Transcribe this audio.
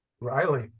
Riley